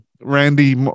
Randy